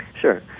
sure